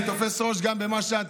אני תופס ראש גם בזה,